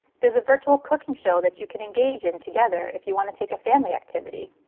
there's a virtual cooking show that you can engage in together. if you want to take a family activity,